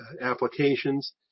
applications